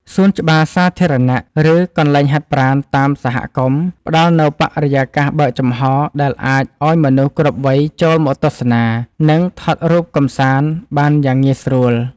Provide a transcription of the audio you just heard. សួនច្បារសាធារណៈ ឬកន្លែងហាត់ប្រាណតាមសហគមន៍ ផ្ដល់នូវបរិយាកាសបើកចំហដែលអាចឱ្យមនុស្សគ្រប់វ័យចូលមកទស្សនា និងថតរូបកម្សាន្តបានយ៉ាងងាយស្រួល។